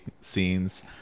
scenes